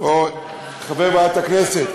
שמשהו חבר ועדת הכנסת,